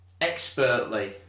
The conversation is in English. expertly